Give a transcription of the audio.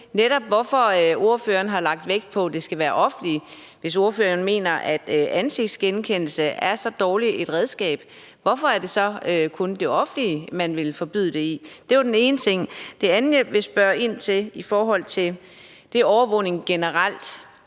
hvorfor ordføreren har lagt vægt på, at det skal være offentlige myndigheder, for hvis ordføreren mener, at ansigtsgenkendelse er så dårligt et redskab, hvorfor er det så kun i forbindelse med det offentlige, man vil forbyde det. Det var den ene ting. Det andet, jeg vil spørge ind til, er overvågning generelt.